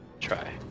try